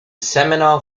seminole